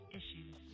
issues